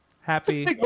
Happy